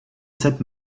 cette